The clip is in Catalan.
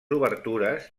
obertures